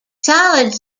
solid